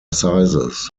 sizes